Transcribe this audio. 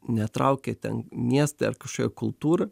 netraukia ten miestai ar kažkokia kultūra